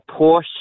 Porsche